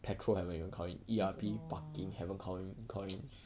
petrol haven't even count in E_R_P parking haven't count count in